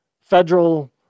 federal